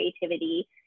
creativity